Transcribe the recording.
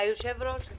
אדוני היושב-ראש,